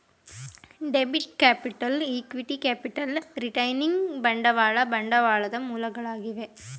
debit capital, equity capital, retaining ಬಂಡವಾಳ ಬಂಡವಾಳದ ಮೂಲಗಳಾಗಿವೆ